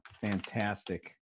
fantastic